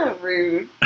Rude